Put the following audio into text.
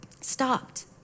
stopped